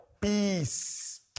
peace